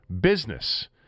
business